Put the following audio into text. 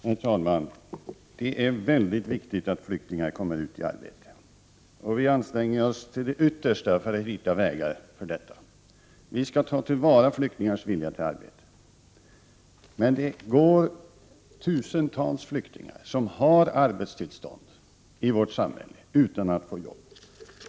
Herr talman! Det är mycket viktigt att flyktingar kommer ut i arbete, och vi anstränger oss till det yttersta för att hitta vägar för detta. Vi skall ta till vara flyktingars vilja till arbete. Men det går tusentals flyktingar som har arbetstillstånd i vårt samhälle utan att få jobb.